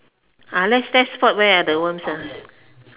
ah let's let's spot where the worms eh